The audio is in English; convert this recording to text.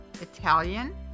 italian